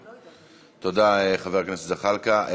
תודה, חבר הכנסת זחאלקה.